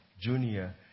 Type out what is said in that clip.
Junior